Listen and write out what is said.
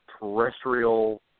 Terrestrial